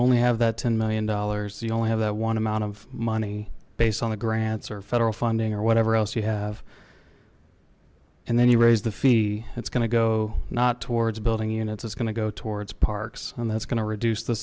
only have that ten million dollars the only have that one amount of money based on the grants or federal funding or whatever else you have and then you raise the fee it's going to go not towards building units it's going to go towards parks and that's going to reduce the